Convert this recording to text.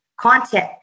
content